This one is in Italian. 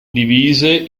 divise